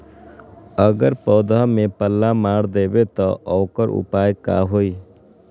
अगर पौधा में पल्ला मार देबे त औकर उपाय का होई?